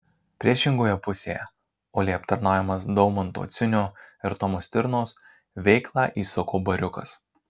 priešingoje pusėje uoliai aptarnaujamas daumanto ciunio ir tomo stirnos veiklą įsuko bariukas